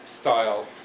style